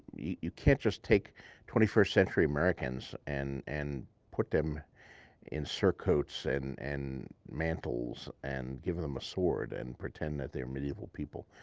you can't just take twenty first century americans and and put them in the sir coats and and mantels and give them a sword and pretend that they are medieval people.